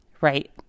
right